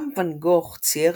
גם ואן גוך צייר